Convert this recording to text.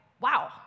wow